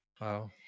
Wow